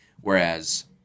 Whereas